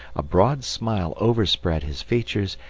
a broad smile overspread his features,